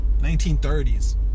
1930s